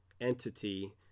entity